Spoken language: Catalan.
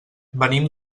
venim